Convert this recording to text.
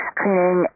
cleaning